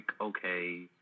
okay